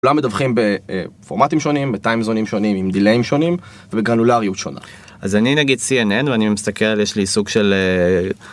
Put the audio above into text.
כולם מדווחים בפורמטים שונים בטיימזונים שונים עם דיליים שונים ובגרנולריות שונה. אז אני נגיד cnn ואני מסתכל יש לי סוג של.